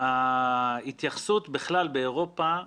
ההתייחסות בכלל באירופה,